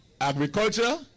Agriculture